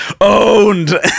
Owned